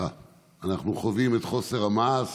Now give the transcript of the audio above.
אנחנו חווים את חוסר המעשה